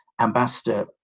ambassador